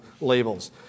labels